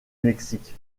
mexique